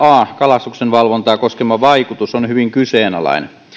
a pykälän kalastuksenvalvontaa koskeva vaikutus on hyvin kyseenalainen